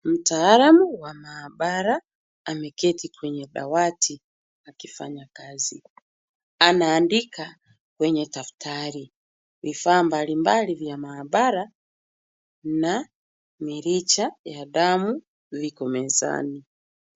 Mtaalamu wa maabara ameketi kwenye dawati akifanya kazi. Anaandika kwenye daftari. Vifaa mbalimbali vya maabara na mirija ya damu viko mezani.